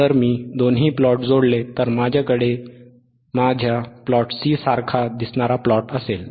जर मी दोन्ही प्लॉट जोडले तर माझ्याकडे माझ्या प्लॉट C सारखा दिसणारा प्लॉट असेल